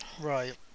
Right